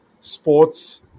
sports